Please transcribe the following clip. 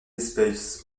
espèces